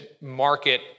market